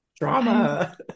Drama